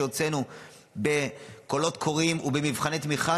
שהוצאנו בקולות קוראים ובמבחני תמיכה,